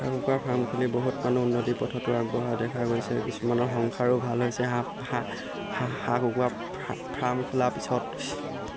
হাঁহ কুকুৰা ফাৰ্ম খুলি বহুত মানুহ উন্নতি পথতো আগবঢ়া দেখা গৈছে কিছুমানৰ সংসাৰো ভাল হৈছে হাঁহ হাঁহ কুকুৰা ফাৰ্ম খোলা পিছত